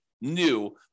new